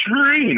China